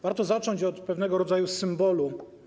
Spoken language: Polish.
Warto zacząć od pewnego rodzaju symbolu.